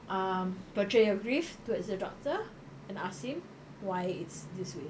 um portray your grief towards the doctor and ask him why it's this way